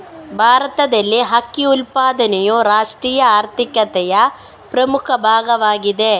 ಭಾರತದಲ್ಲಿ ಅಕ್ಕಿ ಉತ್ಪಾದನೆಯು ರಾಷ್ಟ್ರೀಯ ಆರ್ಥಿಕತೆಯ ಪ್ರಮುಖ ಭಾಗವಾಗಿದೆ